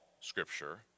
scripture